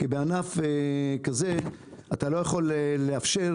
כי בענף כזה אתה לא יכול לאפשר